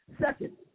Second